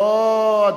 לא,